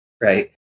right